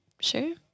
Sure